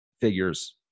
figures